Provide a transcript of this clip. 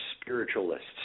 spiritualists